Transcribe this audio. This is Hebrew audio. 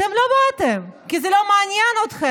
אתם לא באתם כי זה לא מעניין אתכם,